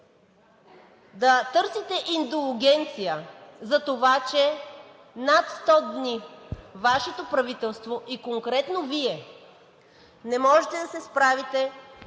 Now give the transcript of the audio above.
да търсите индулгенция за това, че над 100 дни Вашето правителство и конкретно Вие не можете да се справите